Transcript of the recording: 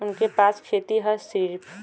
उनके पास खेती हैं सिर्फ